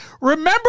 Remember